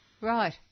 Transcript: Right